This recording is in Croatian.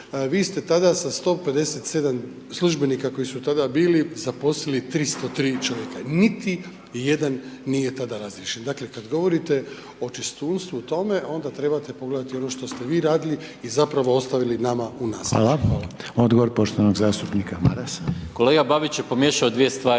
vi ste tada sa 157 službenika, koji su tada bili zaposlili 303 čovjeka, niti jedan nije tada razriješen. Dakle, kada govorite o čistunstvu u tome, onda trebate pogledati ono što ste vi radili i zapravo ostavili nama u naslijeđe. Hvala. **Reiner, Željko (HDZ)** Hvala odgovor poštovanog